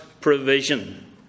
provision